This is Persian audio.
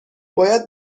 باید